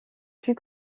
plus